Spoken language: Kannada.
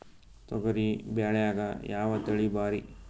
ತೊಗರಿ ಬ್ಯಾಳ್ಯಾಗ ಯಾವ ತಳಿ ಭಾರಿ?